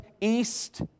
east